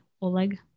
Oleg